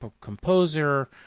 composer